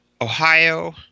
Ohio